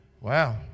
Wow